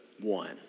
one